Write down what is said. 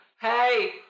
hey